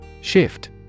Shift